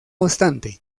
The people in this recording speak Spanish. obstante